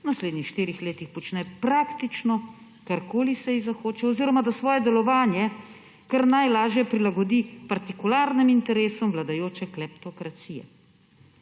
v naslednjih štirih letih počne praktično, karkoli se ji zahoče, oziroma da svoje delovanje kar najlažje prilagodi partikularnim interesom vladajoče kleptokracije.